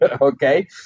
okay